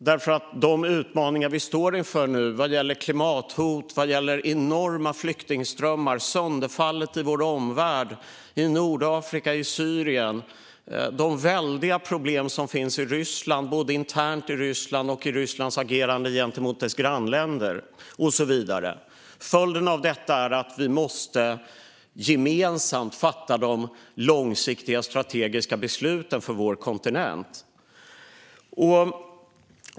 Vi står nämligen inför utmaningar när det gäller klimathot, enorma flyktingströmmar, sönderfallet i vår omvärld, i Nordafrika och i Syrien, och de väldiga problem som finns i Ryssland. Det är problem både internt i Ryssland och i Rysslands agerande gentemot sina grannländer och så vidare. Följden av detta är att vi gemensamt måste fatta de långsiktiga strategiska besluten för vår kontinent.